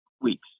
weeks